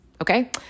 okay